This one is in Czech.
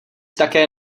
také